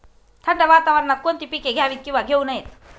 थंड वातावरणात कोणती पिके घ्यावीत? किंवा घेऊ नयेत?